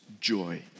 joy